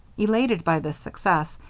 elated by this success,